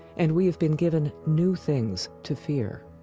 and we have been given new things to fear.